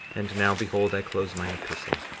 and now, behold, i close mine epistle.